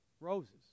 roses